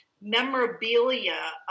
memorabilia